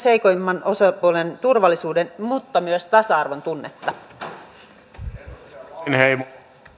heikoimman osapuolen turvallisuuden mutta myös tasa arvon tunnetta